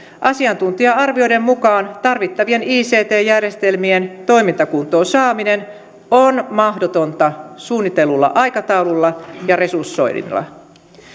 asiantuntija arvioiden mukaan tarvittavien ict järjestelmien toimintakuntoon saaminen on mahdotonta suunnitellulla aikataululla ja resursoinnilla